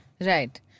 Right